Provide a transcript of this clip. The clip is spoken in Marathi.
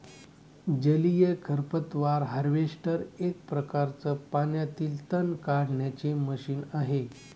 जलीय खरपतवार हार्वेस्टर एक प्रकारच पाण्यातील तण काढण्याचे मशीन आहे